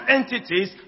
entities